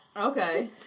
Okay